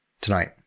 tonight